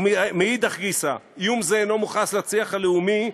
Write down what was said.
ומאידך גיסא איום זה אינו מוכנס לצי"ח הלאומי,